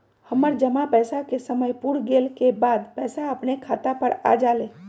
हमर जमा पैसा के समय पुर गेल के बाद पैसा अपने खाता पर आ जाले?